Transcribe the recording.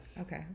okay